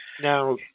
Now